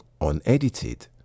unedited